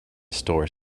store